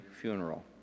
funeral